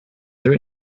there